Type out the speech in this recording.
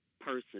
person